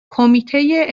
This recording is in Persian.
کمیته